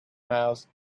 miles